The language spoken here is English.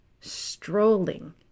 strolling